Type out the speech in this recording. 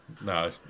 no